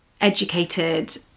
educated